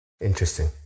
Interesting